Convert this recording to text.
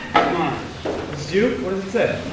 that's mine this is you? what does it say?